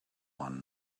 one